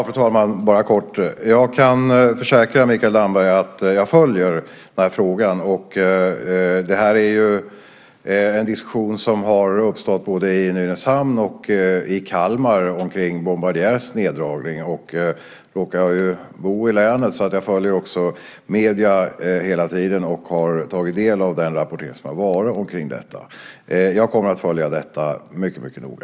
Fru talman! Jag kan försäkra Mikael Damberg att jag följer denna fråga. Detta är en diskussion som har uppstått både i Nynäshamn och i Kalmar i samband med Bombardiers neddragning. Jag råkar ju bo i länet, så jag följer också medierna hela tiden och har tagit del av den rapportering som har varit om detta. Jag kommer att följa detta mycket noga.